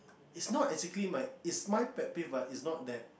is not exactly my is my pet peeve but is not bad